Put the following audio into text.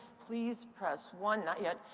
please press one. not yet.